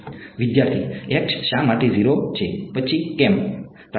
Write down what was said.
વિદ્યાર્થી x શા માટે 0 છે પછી કેમએ